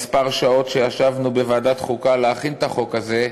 בשעות שישבנו בוועדת חוקה להכין את החוק הזה,